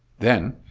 then,